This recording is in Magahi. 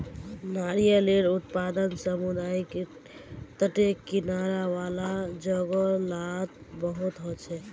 नारियालेर उत्पादन समुद्री तटेर किनारा वाला जोगो लात बहुत होचे